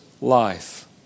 life